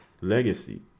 legacy